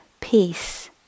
peace